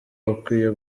bakwiye